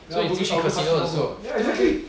所以你进去 casino 的时候